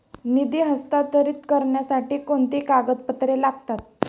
निधी हस्तांतरित करण्यासाठी कोणती कागदपत्रे लागतात?